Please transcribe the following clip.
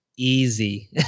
easy